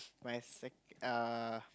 my sec~ err